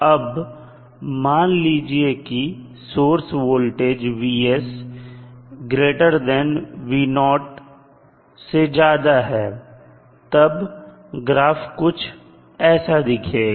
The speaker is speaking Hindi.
अब मान लीजिए कि सोर्स वोल्टेज से ज्यादा है तब ग्राफ कुछ ऐसा दिखेगा